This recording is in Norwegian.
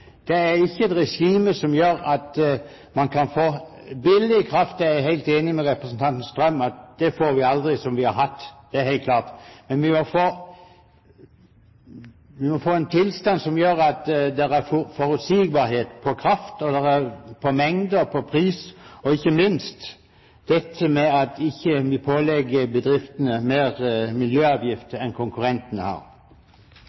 Det er ikke et regime som gjør at man kan få billig kraft. Jeg er helt enig med representanten Strøm i at billig strøm får vi aldri som vi har hatt tidligere, det er helt klart. Men vi må få en tilstand som gjør at det er forutsigbarhet på kraft, på mengde, på pris, og ikke minst må vi ikke pålegge bedriftene mer miljøavgifter